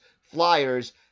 Flyers